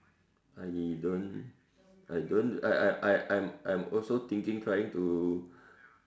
I don't I don't I'm I'm I'm I'm I'm also thinking trying to